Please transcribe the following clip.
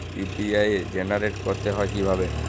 UPI generate করতে হয় কিভাবে?